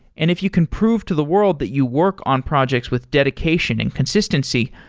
and if you can prove to the world that you work on projects with dedication and consistency,